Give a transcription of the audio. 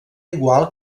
igual